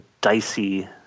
dicey